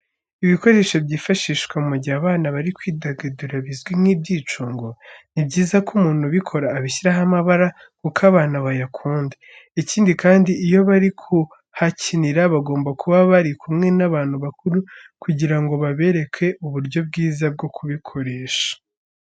Ibikoresho byifashishwa mu gihe abana bari kwidagadura bizwi nk'ibyicungo, ni byiza ko umuntu ubikora ashyiraho amabara kuko abana bayakunda. Ikindi kandi, iyo bari kuhakinira bakomba kuba bari kumwe n'abantu bakuru kugira ngo babereke uburyo bwiza bwo kubikoresha.